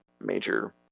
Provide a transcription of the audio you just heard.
major